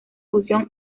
fusión